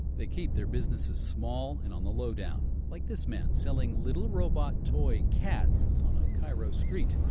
they keep their businesses small and on the low-down, like this man selling little robot toy cats on a cairo street.